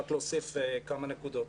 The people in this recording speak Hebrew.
רק להוסיף כמה נקודות.